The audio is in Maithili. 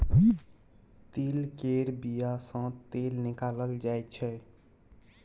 तिल केर बिया सँ तेल निकालल जाय छै